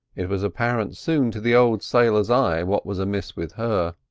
it was apparent soon to the old sailor's eye what was amiss with her.